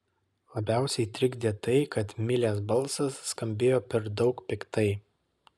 labiausiai trikdė tai kad milės balsas skambėjo per daug piktai